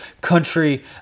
country